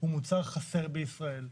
הוא מוצר חסר במדינת ישראל.